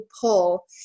pull